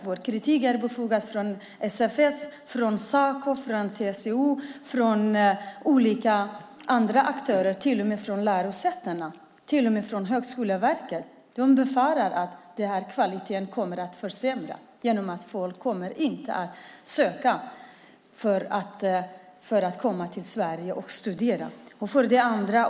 Vår kritik är befogad, och SFS, Saco, TCO och andra aktörer, till och med lärosäten och Högskoleverket, anser att kritiken är befogad. De befarar att kvaliteten kommer att försämras genom att folk inte kommer att söka sig till Sverige för att studera.